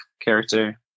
character